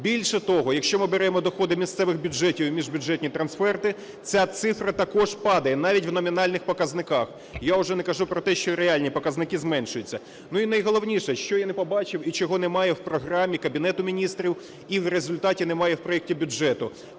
Більше того, якщо ми беремо доходи місцевих бюджетів і міжбюджетні трансферти, ця цифра також падає навіть у номінальних показниках. Я уже не кажу про те, що реальні показники зменшуються. Ну, і найголовніше, що я не побачив і чого немає в програмі Кабінету Міністрів, і в результати немає в проекті бюджету,